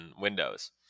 Windows